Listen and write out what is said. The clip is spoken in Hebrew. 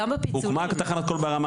הוקמה תחנת קול ברמה,